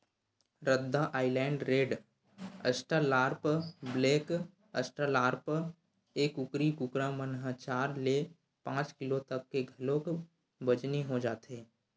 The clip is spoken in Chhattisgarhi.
रद्दा island red, Australorp, black Australorp, ए कुकरी कुकरा मन ह चार ले पांच किलो तक के घलोक बजनी हो जाथे